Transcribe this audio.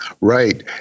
Right